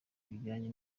bujyanye